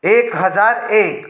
एक हजार एक